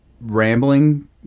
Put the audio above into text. rambling